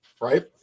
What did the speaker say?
right